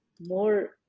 more